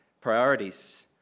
priorities